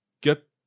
get